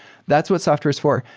that's what software is for.